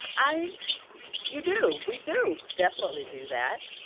i you do. we do definitely do that.